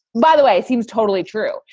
by the way, seems totally true.